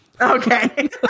okay